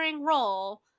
role